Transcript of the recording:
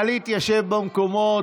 נא להתיישב במקומות.